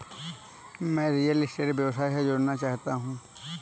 मैं real state व्यवसाय से जुड़ना चाहता हूँ